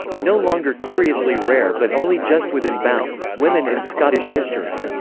no longer curiously rare but only just within bounds women in scottish history.